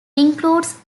includes